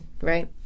right